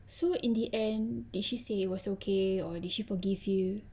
so in the end did she say it was okay or did she forgive you